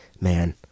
Man